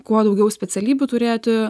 kuo daugiau specialybių turėti